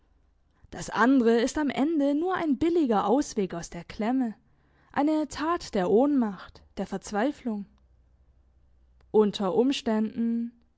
das andere ist am ende nur ein billiger ausweg aus der klemme eine tat der ohnmacht der verzweiflung unter umständen ach